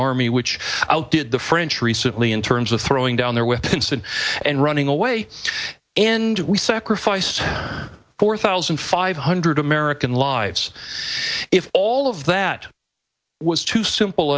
army which out did the french recently in terms of throwing down there with consent and running away end we sacrificed four thousand five hundred american lives if all of that was too simple